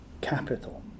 capital